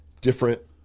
different